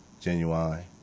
Genuine